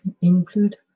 include